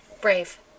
Brave